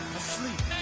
asleep